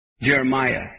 Jeremiah